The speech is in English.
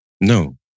No